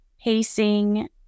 pacing